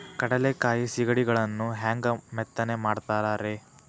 ಕಡಲೆಕಾಯಿ ಸಿಗಡಿಗಳನ್ನು ಹ್ಯಾಂಗ ಮೆತ್ತನೆ ಮಾಡ್ತಾರ ರೇ?